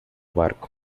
barco